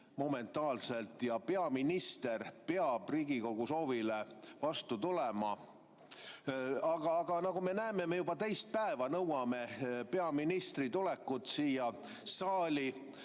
momentaanselt ja peaminister peab Riigikogu soovile vastu tulema. Aga nagu näeme, me juba teist päeva nõuame peaministri tulekut siia saali,